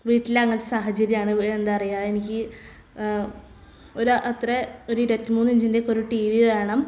വീട്ടിൽ അങ്ങനത്തെ സാഹചര്യം ആണ് വേറെന്താ പറയുക എനിക്ക് ഒരു അത്രയേ ഒരു ഇരുപത്തി മൂന്നു ഇഞ്ചിൻ്റെയൊക്കെ ഒരു ടി വി വേണം